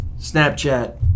Snapchat